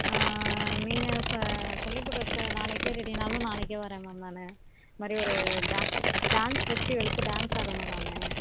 ஆ நீங்கள் சொல்லி கொடுக்க நாளைக்கே ரெடினாலும் நாளைக்கே வரேன் மேம் நான் இந்த மாதிரி ஒரு டான்ஸ் டான்ஸ் ஃபெஸ்ட்டிவலுக்கு டான்ஸ் ஆடணும் நான்